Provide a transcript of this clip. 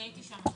אני הייתי שם.